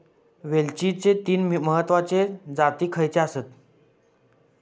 वेलचीचे तीन महत्वाचे जाती खयचे आसत?